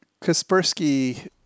Kaspersky